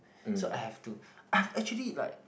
so I have to I've actually like